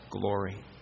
glory